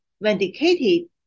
vindicated